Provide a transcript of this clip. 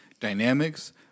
dynamics